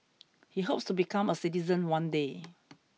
he hopes to become a citizen one day